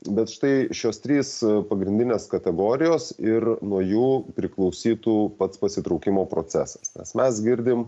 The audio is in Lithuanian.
bet štai šios trys pagrindinės kategorijos ir nuo jų priklausytų pats pasitraukimo procesas nes mes girdim